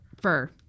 Fur